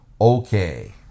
Okay